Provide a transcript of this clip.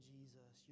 Jesus